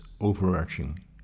overarching